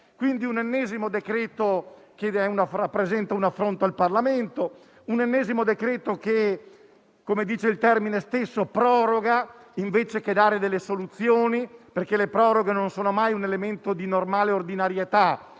di un ennesimo decreto-legge che rappresenta un affronto al Parlamento e che, come dice il termine stesso, proroga invece che dare delle soluzioni, perché le proroghe non sono mai un elemento di normale ordinarietà;